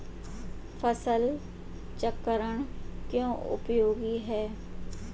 फसल चक्रण क्यों उपयोगी है?